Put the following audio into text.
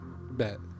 Bet